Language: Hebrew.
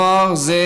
נוער זה,